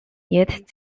yet